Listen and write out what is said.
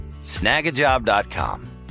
snagajob.com